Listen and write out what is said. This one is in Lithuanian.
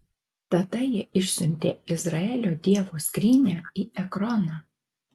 tada jie išsiuntė izraelio dievo skrynią į ekroną